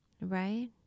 Right